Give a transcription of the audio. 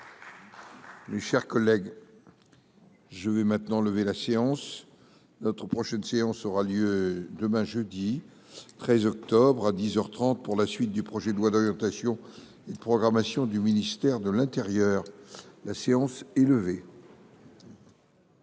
Mes chers collègues, je vais maintenant lever la séance, notre prochaine séance aura lieu demain jeudi 13 octobre à 10 heures 30 pour la suite du projet de loi d'orientation et de programmation du ministère de l'Intérieur, la séance est levée.